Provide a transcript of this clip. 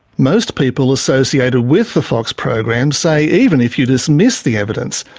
most people associated with the fox program say even if you dismiss the evidence,